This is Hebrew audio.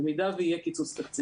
במידה ויהיה קיצוץ תקציבי.